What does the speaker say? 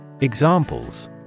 Examples